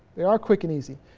they are quick and easy.